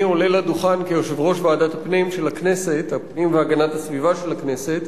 עולה לדוכן כיושב-ראש ועדת הפנים והגנת הסביבה של הכנסת,